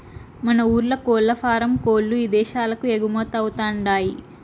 మన ఊర్ల కోల్లఫారం కోల్ల్లు ఇదేశాలకు ఎగుమతవతండాయ్